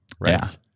Right